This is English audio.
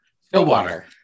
Stillwater